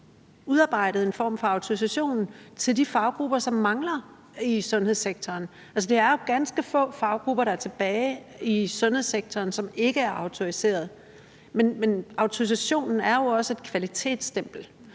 udarbejdet en form for autorisation til de faggrupper, som mangler i sundhedssektoren? Altså, det er jo ganske få faggrupper, der er tilbage i sundhedssektoren, som ikke er autoriseret. Men autorisationen er jo også et kvalitetsstempel